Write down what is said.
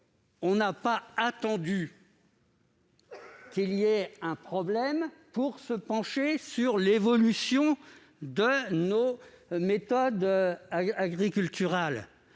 n'avons pas attendu qu'il y ait un problème pour nous pencher sur l'évolution de nos méthodes agriculturales